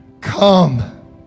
come